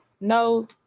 no